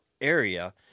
area